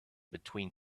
between